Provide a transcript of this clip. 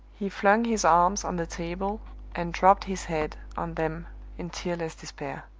he flung his arms on the table and dropped his head on them in tearless despair.